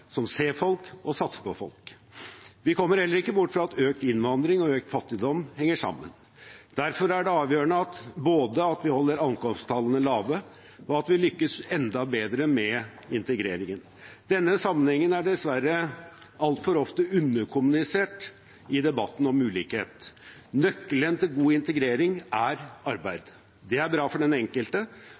som ser folk og satser på folk. Vi kommer heller ikke bort fra at økt innvandring og økt fattigdom henger sammen. Derfor er det avgjørende både at vi holder ankomsttallene lave, og at vi lykkes enda bedre med integreringen. Denne sammenhengen er dessverre altfor ofte underkommunisert i debatten om ulikhet. Nøkkelen til god integrering er arbeid. Det er bra for den enkelte